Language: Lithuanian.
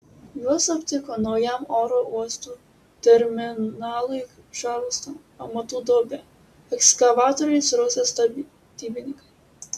juos aptiko naujam oro uosto terminalui čarlstone pamatų duobę ekskavatoriais rausę statybininkai